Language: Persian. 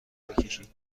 بکشید